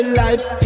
life